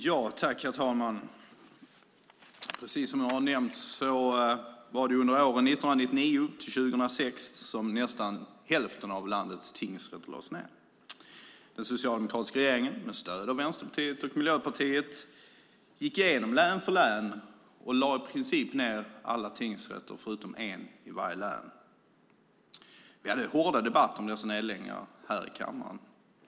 Herr talman! Precis som har nämnts var det under åren 1999-2006 som nästan hälften av landets tingsrätter lades ned. Den socialdemokratiska regeringen - med stöd av Vänsterpartiet och Miljöpartiet - gick igenom län för län och lade i princip ned alla tingsrätter utom en i varje län. Vi hade hårda debatter om de nedläggningarna här i kammaren.